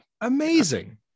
amazing